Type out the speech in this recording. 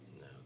No